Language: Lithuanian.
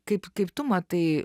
kaip kaip tu matai